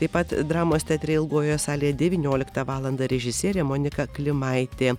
taip pat dramos teatre ilgojoje salėje devynioliktą valandą režisierė monika klimaitė